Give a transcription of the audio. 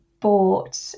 bought